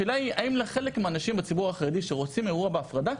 השאלה היא האם לחלק מהאנשים בציבור החרדי שרוצים אירוע בהפרדה,